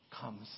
comes